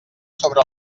sobre